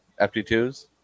FD2s